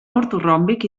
ortoròmbic